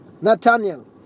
Nathaniel